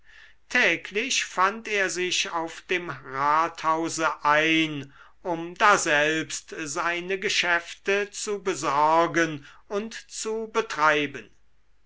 täglich fand er sich auf dem rathause ein um daselbst seine geschäfte zu besorgen und zu betreiben